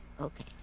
Okay